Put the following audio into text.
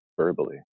verbally